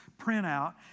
printout